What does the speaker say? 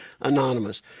anonymous